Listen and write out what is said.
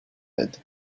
aide